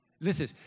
Listen